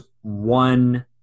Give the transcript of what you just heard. one